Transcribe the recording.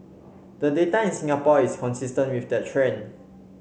the data in Singapore is consistent with that trend